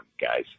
guys